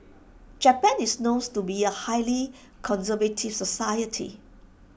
Japan is knows to be A highly conservative society